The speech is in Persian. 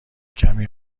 کمی